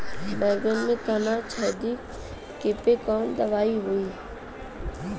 बैगन के तना छेदक कियेपे कवन दवाई होई?